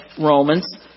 Romans